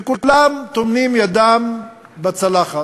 וכולם, טומנים ידם בצלחת.